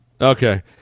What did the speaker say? Okay